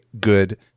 good